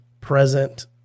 present